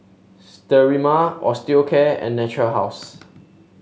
Sterimar Osteocare and Natura House